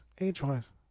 age-wise